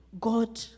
God